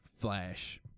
Flash